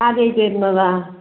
ആദ്യം ആയിട്ട് വരുന്നതാ